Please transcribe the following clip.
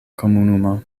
komunumo